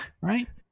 Right